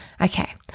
Okay